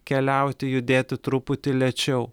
keliauti judėti truputį lėčiau